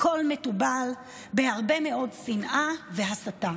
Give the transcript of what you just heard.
הכול מתובל בהרבה מאוד שנאה והסתה: